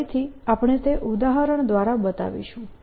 ફરીથી આપણે તે ઉદાહરણ દ્વારા બતાવીશું